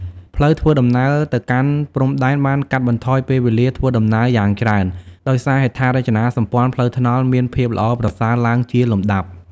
ផ្លូវធ្វើដំណើរទៅកាន់ព្រំដែនបានកាត់បន្ថយពេលវេលាធ្វើដំណើរយ៉ាងច្រើន ដោយសារហេដ្ឋារចនាសម្ព័ន្ធផ្លូវថ្នល់មានភាពល្អប្រសើរឡើងជាលំដាប់។